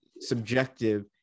subjective